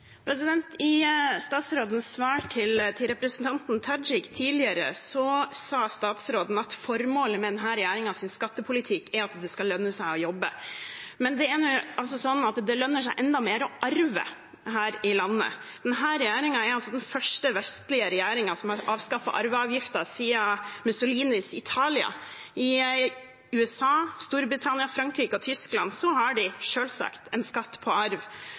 i Norge. Kari Elisabeth Kaski – til oppfølgingsspørsmål. I statsrådens svar til representanten Tajik tidligere sa han at formålet med denne regjeringens skattepolitikk er at det skal lønne seg å jobbe. Men det lønner seg enda mer å arve her i landet. Denne regjeringen er den første vestlige regjeringen som har avskaffet arveavgiften siden Mussolinis Italia. I USA, Storbritannia, Frankrike og Tyskland har de selvsagt skatt på arv.